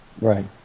Right